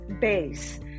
base